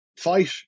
fight